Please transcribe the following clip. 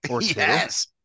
Yes